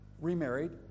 remarried